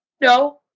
No